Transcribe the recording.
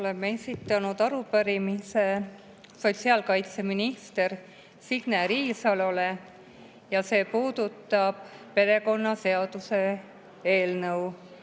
Oleme esitanud arupärimise sotsiaalkaitseminister Signe Riisalole ja see puudutab perekonnaseaduse